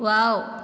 wow